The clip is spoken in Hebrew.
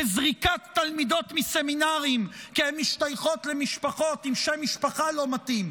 בזריקת תלמידות מסמינרים כי הן משתייכות למשפחות עם שם משפחה לא מתאים,